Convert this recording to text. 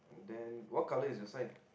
then what color is your side